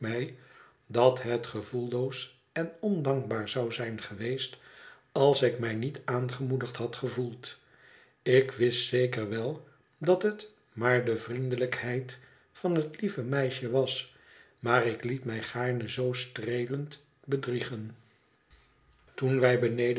dat het gevoelloos en ondankbaar zou zijn geweest als ik mij niet aangemoedigd had gevoeld ik wist zeker wel dat het maar de vriendelijkheid van het lieve meisje was maar ik liet mij gaarne zoo streelend bedriegen toen wij